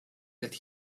that